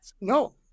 No